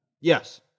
yes